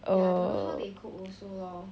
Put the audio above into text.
ya I don't know how they cope also lor